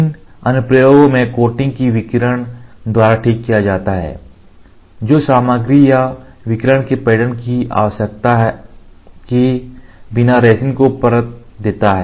इन अनुप्रयोगों में कोटिंग्स को विकिरण द्वारा ठीक किया जाता है जो सामग्री या विकिरण के पैटर्न की आवश्यकता के बिना रेजिन को परत देता है